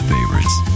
Favorites